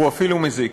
הוא אפילו מזיק.